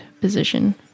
position